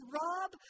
rob